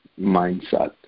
mindset